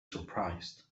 surprised